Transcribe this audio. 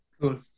cool